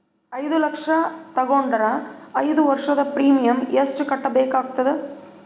ಐದು ಲಕ್ಷ ತಗೊಂಡರ ಐದು ವರ್ಷದ ಪ್ರೀಮಿಯಂ ಎಷ್ಟು ಕಟ್ಟಬೇಕಾಗತದ?